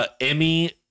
Emmy